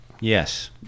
Yes